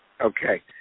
Okay